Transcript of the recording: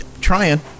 Trying